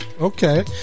Okay